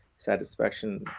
satisfaction